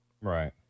Right